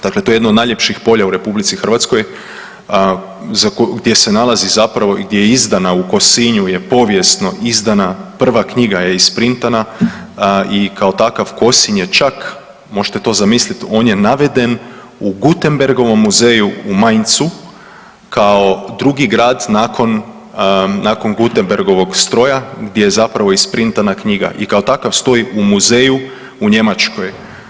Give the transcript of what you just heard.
Dakle, to je jedno od najljepših polja u RH gdje se nalazi zapravo i gdje je izdana u Kosinju je povijesno izdana, prva knjiga je isprintana i kao takav Kosinj je čak možete čak zamislit, on je naveden u Gutenbergovom muzeju u Meinzu kao drugi grad nakon, nakon Gutenbergovog stroja gdje je zapravo isprintana knjiga i kao takav stoji u muzeju u Njemačkoj.